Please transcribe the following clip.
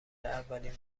اولین